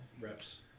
reps